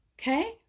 Okay